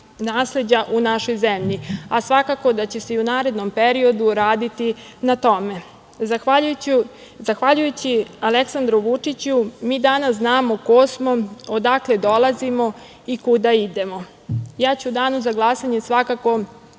nasleđa u našoj zemlji. Svakako da će se i u narednom periodu raditi na tome. Zahvaljujući Aleksandru Vučiću mi danas znamo ko smo, odakle dolazimo i kuda idemo. Ja ću u danu za glasanje, svakako,